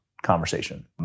Conversation